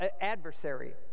adversary